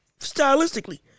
stylistically